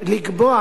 לקבוע